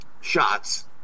shots